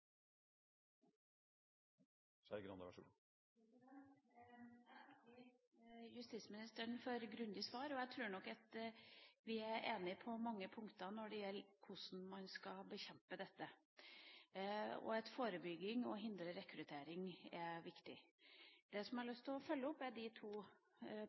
Jeg takker justisministeren for et grundig svar. Jeg tror nok at vi er enige på mange punkter når det gjelder hvordan man skal bekjempe dette, og at forebygging og å hindre rekruttering er viktig. Det jeg har lyst til å følge opp, er de to